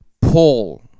Paul